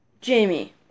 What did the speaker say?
Jamie